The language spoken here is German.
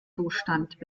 zustand